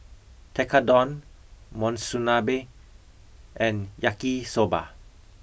Tekkadon Monsunabe and Yaki Soba